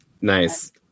Nice